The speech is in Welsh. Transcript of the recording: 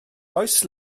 oes